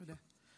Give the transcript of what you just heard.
תודה.